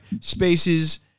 spaces